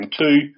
two